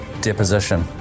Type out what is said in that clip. deposition